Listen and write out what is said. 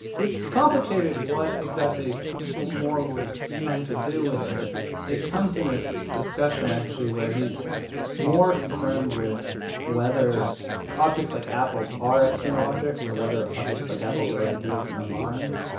it's complicated what exactly moore was trying to do with this. it comes in a discussion actually where he's more concerned with whether objects like apples are external objects or whether objects like apples are ideas in our minds.